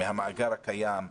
מהמאגר הקיים?